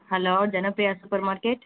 hello Janapriya super market